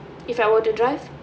if I were to drive